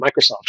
Microsoft